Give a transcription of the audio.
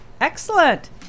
excellent